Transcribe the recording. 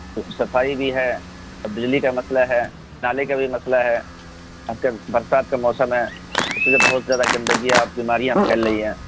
صفائی بھی ہے اور بجلی کا مسئلہ ہے نالے کا بھی مسئلہ ہے آج کل برسات کا موسم ہے اس وجہ سے بہت زیادہ گندگیاں اور بیماریاں پھیل رہی ہیں